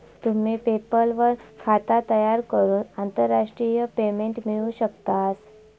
तुम्ही पेपल वर खाता तयार करून आंतरराष्ट्रीय पेमेंट मिळवू शकतास